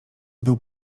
był